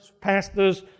pastors